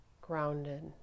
grounded